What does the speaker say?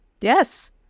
yes